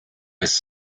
his